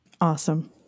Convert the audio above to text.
Awesome